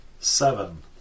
Seven